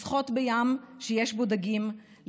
לשחות בים שיש בו דגים,